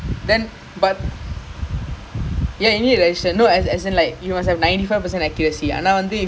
but but I need to do like register right or no need as in like